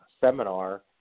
seminar